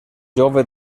jove